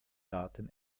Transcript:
daten